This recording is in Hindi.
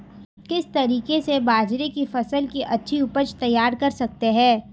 किस तरीके से बाजरे की फसल की अच्छी उपज तैयार कर सकते हैं?